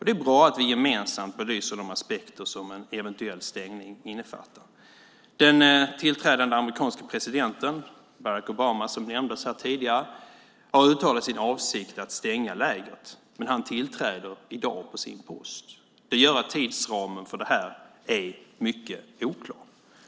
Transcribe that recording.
Det är bra att vi gemensamt belyser de aspekter som en eventuell stängning innefattar. Den tillträdande amerikanske presidenten Barack Obama, som nämndes här tidigare, har uttalat sina avsikter att stänga lägret. Men han tillträder sin post i dag. Det gör att tidsramen för det här är mycket oklar.